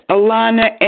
Alana